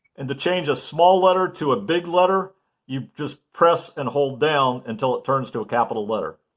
and to change a small letter to a big letter you just press and hold down until it turns to a capital letter.